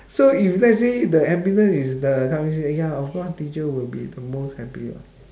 so if let's say the happiness is the currency then ya of course teacher would be the most happy [what]